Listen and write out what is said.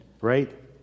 right